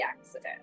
accident